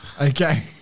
Okay